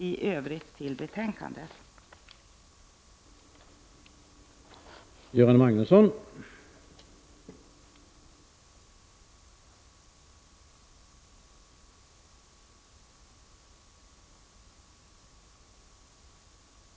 I övrigt yrkar jag bifall till utskottets hemställan.